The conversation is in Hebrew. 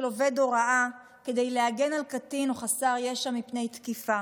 עובד הוראה כדי להגן על קטין או חסר ישע מפני תקיפה,